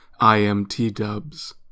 IMTdubs